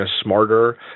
smarter